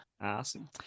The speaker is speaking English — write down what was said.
awesome